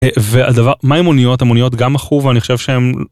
והדבר מה עם מוניות? המוניות גם מחו ואני חושב שהם..